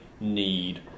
need